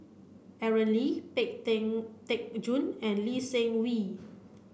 Aaron Lee Pang Teck Joon and Lee Seng Wee